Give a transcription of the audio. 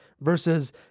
Versus